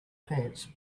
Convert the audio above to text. pants